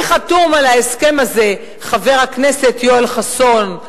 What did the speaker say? מי חתום על ההסכם הזה, חבר הכנסת יואל חסון?